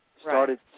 Started